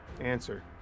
Answer